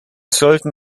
sollten